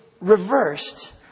reversed